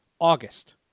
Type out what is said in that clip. August